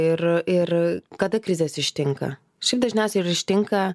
ir ir kada krizės ištinka šiaip dažniausiai ir ištinka